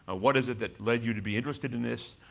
ah what is it that led you to be interested in this?